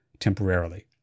temporarily